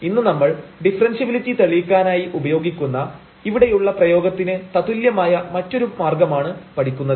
ഇന്ന് നമ്മൾ ഡിഫറെൻഷ്യബിലിറ്റി തെളിയിക്കാനായി ഉപയോഗിക്കുന്ന ഇവിടെയുള്ള പ്രയോഗത്തിന് തതുല്യമായ മറ്റൊരു മാർഗമാണ് പഠിക്കുന്നത്